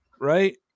Right